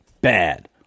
bad